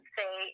say